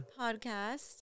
podcast